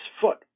foot